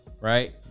right